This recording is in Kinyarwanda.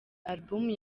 album